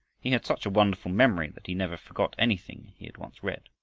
he had such a wonderful memory that he never forgot anything he had once read.